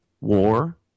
war